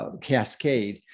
cascade